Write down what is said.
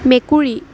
মেকুৰী